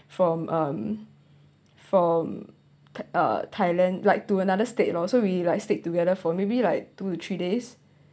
from um from uh thailand like to another state lor so we like stick together for maybe like two to three days